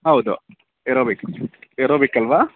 ಹೌದು aerobic aerobic ಅಲ್ಲವಾ